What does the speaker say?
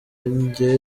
njye